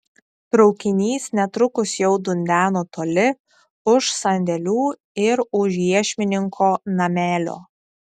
traukinys netrukus jau dundeno toli už sandėlių ir už iešmininko namelio